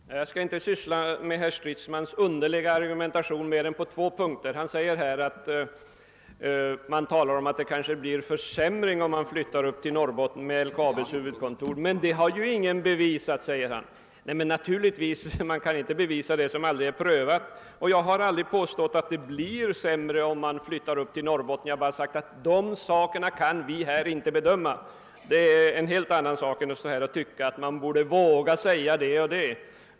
Herr talman! Jag skall inte syssla med herr Stridsmans underliga argumentation mer än på två punkter. Han säger här att man talar om att det kanske blir försämring, om LKAB:s huvudkontor flyttas till Norrbotten. Men det har ju ingen bevisat, tillägger han. Naturligtvis kan man inte bevisa det som aldrig är prövat. Jag har aldrig påstått, att det blir sämre, om man flyttar upp till Norrbotten. Jag har bara sagt att det kan vi inte här bedöma. Det är något helt annat än att stå här och tycka, att man borde våga säga det och det.